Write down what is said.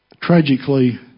Tragically